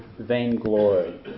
vainglory